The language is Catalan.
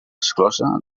exclosa